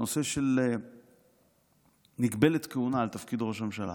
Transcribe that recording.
את הנושא של מגבלת כהונה לתפקיד ראש ממשלה,